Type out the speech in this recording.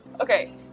Okay